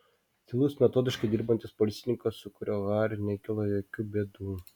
tylus metodiškai dirbantis policininkas su kuriuo hariui nekilo jokių bėdų